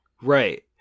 right